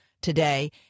today